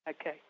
Okay